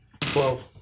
Twelve